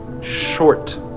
short